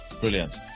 Brilliant